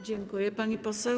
Dziękuję, pani poseł.